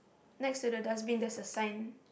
next to the dustbin there's a sign